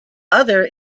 other